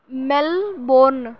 Melbourne